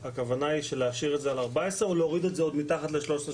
הכוונה היא להשאיר את זה על 14,000 או להוריד את זה מתחת ל-13,750?